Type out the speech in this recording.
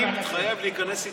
אני מתחייב להיכנס איתך,